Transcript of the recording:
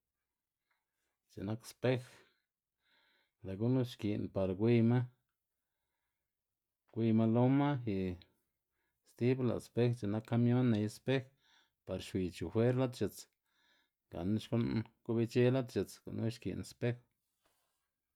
X̱i'k nak spej, lë' gunu xki'n par gwiyma, gwiyma loma y stibu lë' spej c̲h̲i'k nak kamion ney spej par xwiy chofer lad x̱its gan xku'n gobic̲h̲e lad x̱its gunu xki'n spej.